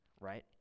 right